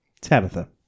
Tabitha